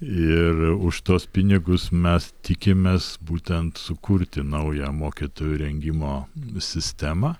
ir už tuos pinigus mes tikimės būtent sukurti naują mokytojų rengimo sistemą